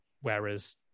Whereas